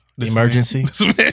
Emergency